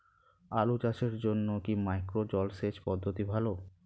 আলু চাষের জন্য কি মাইক্রো জলসেচ পদ্ধতি ভালো?